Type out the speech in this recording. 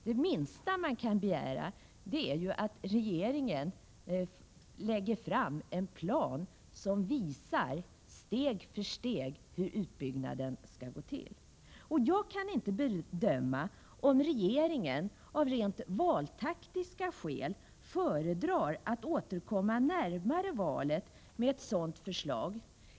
Det minsta man kan begära är att regeringen lägger fram en plan som steg för steg visar hur utbyggnaden skall gå till. Jag kan inte bedöma om regeringen av rent valtaktiska skäl föredrar att återkomma närmare valet med ett sådant förslag.